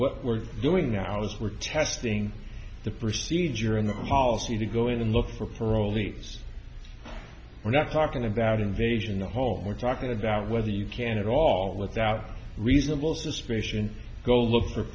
what we're doing now is we're testing the procedure in the policy to go in and look for parolees we're not talking about invasion the whole we're talking about whether you can at all without reasonable suspicion go look for